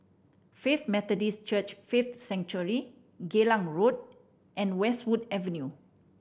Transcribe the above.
Faith Methodist Church Faith Sanctuary Geylang Road and Westwood Avenue